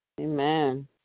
Amen